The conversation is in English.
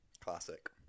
classic